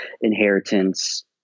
inheritance